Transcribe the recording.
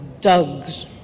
dugs